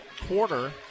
quarter